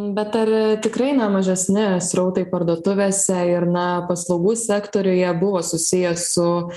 bet ar tikrai ne mažesni srautai parduotuvėse ir na paslaugų sektoriuje buvo susiję su